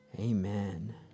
Amen